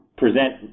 Present